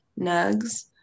nugs